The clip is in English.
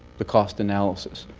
the cost analysis.